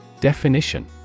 Definition